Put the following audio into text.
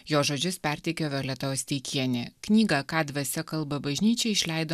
jo žodžius perteikė violeta osteikienė knygą ką dvasia kalba bažnyčiai išleido